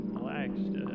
relaxed